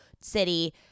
city